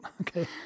okay